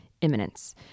Imminence